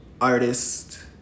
artist